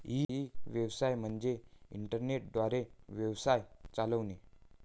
E व्यवसाय म्हणजे internet द्वारे व्यवसाय चालवणे